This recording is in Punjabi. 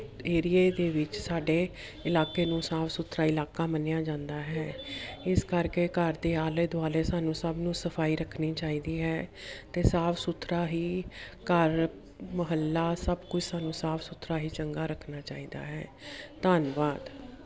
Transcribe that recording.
ਏਰੀਏ ਦੇ ਵਿੱਚ ਸਾਡੇ ਇਲਾਕੇ ਨੂੰ ਸਾਫ ਸੁਥਰਾ ਇਲਾਕਾ ਮੰਨਿਆ ਜਾਂਦਾ ਹੈ ਇਸ ਕਰਕੇ ਘਰ ਦੇ ਆਲੇ ਦੁਆਲੇ ਸਾਨੂੰ ਸਭ ਨੂੰ ਸਫਾਈ ਰੱਖਣੀ ਚਾਹੀਦੀ ਹੈ ਅਤੇ ਸਾਫ ਸੁਥਰਾ ਹੀ ਘਰ ਮੁਹੱਲਾ ਸਭ ਕੁਝ ਸਾਨੂੰ ਸਾਫ ਸੁਥਰਾ ਹੀ ਚੰਗਾ ਰੱਖਣਾ ਚਾਹੀਦਾ ਹੈ ਧੰਨਵਾਦ